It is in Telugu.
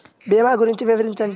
భీమా గురించి వివరించండి?